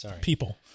People